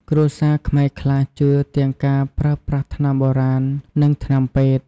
គ្រួសារខ្មែរខ្លះជឿទាំងការប្រើប្រាស់ថ្នាំបុរាណ និងថ្នាំពេទ្យ។